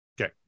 Okay